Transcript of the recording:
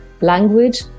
language